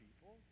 people